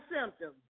symptoms